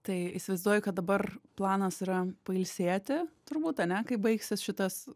tai įsivaizduoju kad dabar planas yra pailsėti turbūt ane kai baigsis šitas